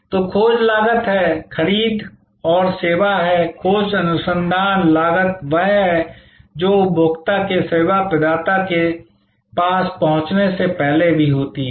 तो खोज लागत है खरीद और सेवा है खोज अनुसंधान लागत वह है जो उपभोक्ता के सेवा प्रदाता के पास पहुंचने से पहले भी होती है